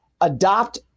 adopt